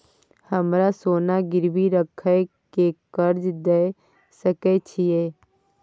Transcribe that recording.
हमरा सोना गिरवी रखय के कर्ज दै सकै छिए?